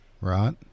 Right